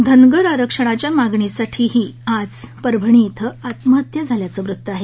धनगर आरक्षणाच्या मागणीसाठीही आज परभणी इथं आत्महत्या झाल्याचं वृत्त आहे